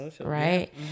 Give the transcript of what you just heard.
right